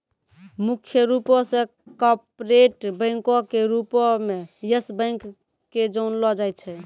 मुख्य रूपो से कार्पोरेट बैंको के रूपो मे यस बैंक के जानलो जाय छै